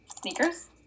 sneakers